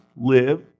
live